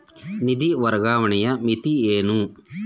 ನಿಧಿ ವರ್ಗಾವಣೆಯ ಮಿತಿ ಏನು?